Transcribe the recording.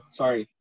sorry